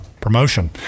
promotion